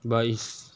but is